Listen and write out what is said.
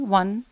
one